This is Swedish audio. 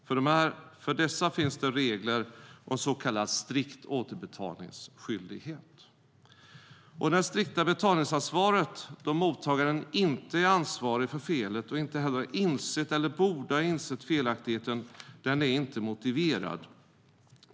För dessa finns regler om så kallad strikt återbetalningsskyldighet. Det strikta betalningsansvaret, då mottagaren inte är ansvarig för felet och inte heller har insett eller borde ha insett felaktigheten, är inte motiverat.